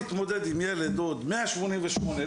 להתמודד עם ילד ועוד 188 אחוזי נכות,